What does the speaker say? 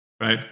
right